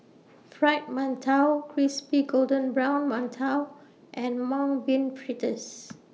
Fried mantou Crispy Golden Brown mantou and Mung Bean Fritters